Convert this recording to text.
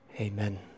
amen